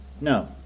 No